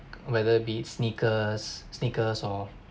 whether be it sneakers sneakers or